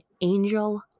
angel